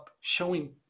showing